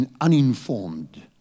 uninformed